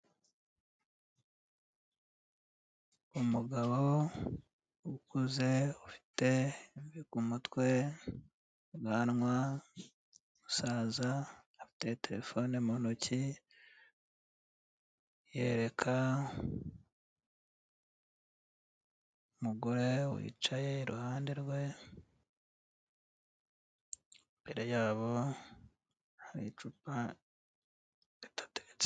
Umugabo ukuze ufite imvi ku mutwe, ubwanwa, ni umusaza, afite terefone mu ntoki yereka, umugore wicaye iruhande rwe, imbere yabo hari icupa ridateretse.